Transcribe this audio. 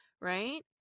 right